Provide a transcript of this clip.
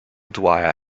dwyer